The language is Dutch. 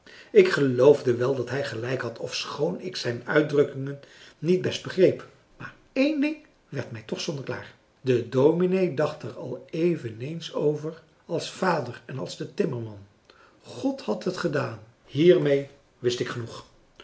ik geloofde wel dat hij gelijk had ofschoon ik zijn uitdrukkingen niet best begreep françois haverschmidt familie en kennissen maar één ding werd mij toch zonneklaar de dominee dacht er al eveneens over als vader en als de timmerman god had het gedaan hiermee wist ik genoeg